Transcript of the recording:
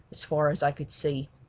as far as i could see.